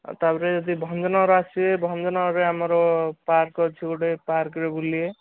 ଆଉ ତାପରେ ଯଦି ଭଞ୍ଜନଗର ଆସିବେ ଭଞ୍ଜନଗରରେ ଆମର ପାର୍କ ଅଛି ଗୁଟେ ପାର୍କରେ ବୁଲିବେ